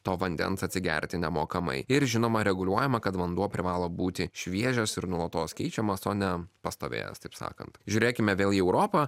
to vandens atsigerti nemokamai ir žinoma reguliuojama kad vanduo privalo būti šviežias ir nuolatos keičiamas o ne pastovėjęs taip sakant žiūrėkime vėl į europą